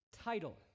title